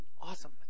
Awesome